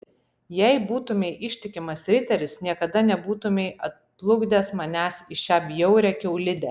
jei būtumei ištikimas riteris niekada nebūtumei atplukdęs manęs į šią bjaurią kiaulidę